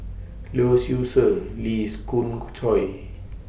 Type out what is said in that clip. Lee Seow Ser Lee Khoon Choy